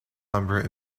number